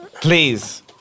Please